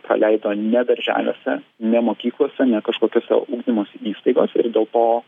praleido ne darželiuose ne mokyklose ne kažkokiose ugdymosi įstaigose ir dėl to